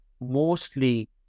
mostly